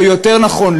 או יותר נכון,